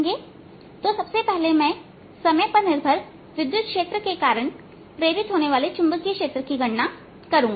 तो सबसे पहले मैं समय पर निर्भर विद्युत क्षेत्र के कारण प्रेरित होने वाले चुंबकीय क्षेत्र की गणना करूंगा